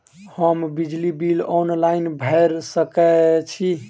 हम बिजली bill online भैर सकै छी?